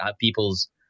people's